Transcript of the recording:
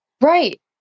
Right